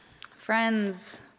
Friends